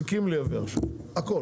אם אנחנו עכשיו מפסיקים לייבא עכשיו הכל,